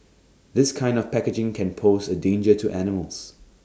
this kind of packaging can pose A danger to animals